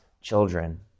children